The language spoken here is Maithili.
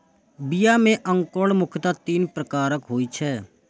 बीया मे अंकुरण मुख्यतः तीन प्रकारक होइ छै